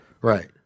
Right